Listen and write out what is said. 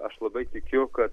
aš labai tikiu kad